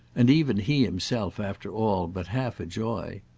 and even he himself, after all, but half a joy.